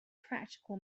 practical